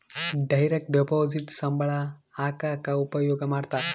direct deposit ಸಂಬಳ ಹಾಕಕ ಉಪಯೋಗ ಮಾಡ್ತಾರ